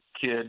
kid